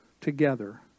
together